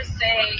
say